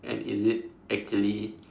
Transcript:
and is it actually